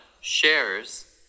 shares